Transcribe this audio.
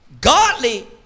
godly